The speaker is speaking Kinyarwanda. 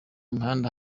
mihanda